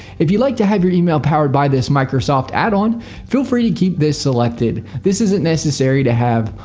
if you'd like to have your email powered by this microsoft addon feel free to keep this selected. this isn't necessary to have.